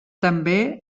també